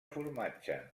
formatge